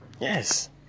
Yes